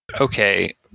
okay